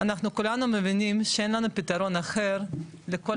אנחנו כולנו מבינים שאין לנו פתרון אחר לכל